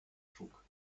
trug